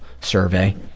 survey